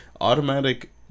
automatic